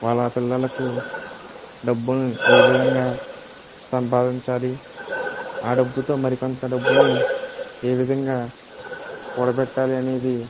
వాళ్ల పిల్లలకు డబ్బును ఏ విధంగా సంపాదించాలి ఆ డబ్బుతో మరికొంత డబ్బుని ఏ విధంగా కూడబెట్టాలి అనేది